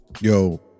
yo